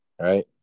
Right